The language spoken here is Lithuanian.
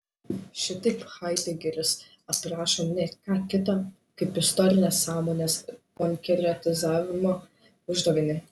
šitaip haidegeris aprašo ne ką kita kaip istorinės sąmonės konkretizavimo uždavinį